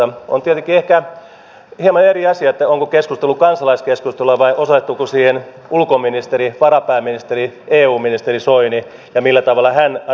on tietenkin ehkä hieman eri asia onko keskustelu kansalaiskeskustelua vai osallistuuko siihen ulkoministeri varapääministeri eu ministeri soini ja millä tavalla hän asioista lausuu